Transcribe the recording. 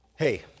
Hey